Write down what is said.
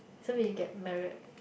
so we get Marriott